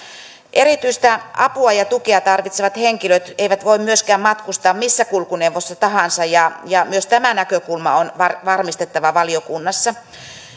erityistä apua ja tukea tarvitsevat henkilöt eivät voi myöskään matkustaa missä kulkuneuvossa tahansa ja ja myös tämä näkökulma on varmistettava valiokunnassa